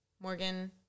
Morgan